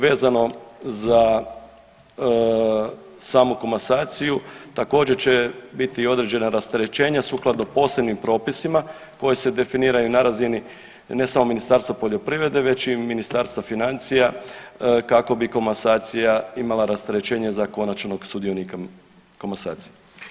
Vezano za samu komasaciju također će biti određena rasterećenja sukladno posebnim propisima koji se definiraju na razini ne samo Ministarstva poljoprivrede već i Ministarstva financija kako bi komasacija imala rasterećenje za konačnog sudionika komasacije.